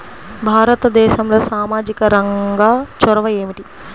భారతదేశంలో సామాజిక రంగ చొరవ ఏమిటి?